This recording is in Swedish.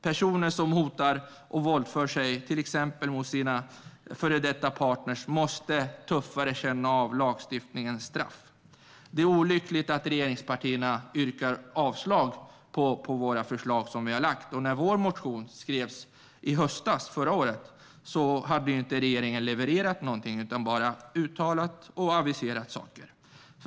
Personer som hotar och våldför sig på till exempel en före detta partner måste känna av lagstiftningens straff på ett tuffare sätt. Det är olyckligt att regeringspartierna yrkar avslag på de förslag som vi har lagt fram. När vår motion skrevs i höstas hade regeringen inte levererat någonting utan bara uttalat och aviserat saker.